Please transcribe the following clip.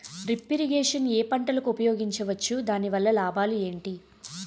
Drip irrigation ఏ పంటలకు ఉపయోగించవచ్చు? దాని వల్ల లాభాలు ఏంటి?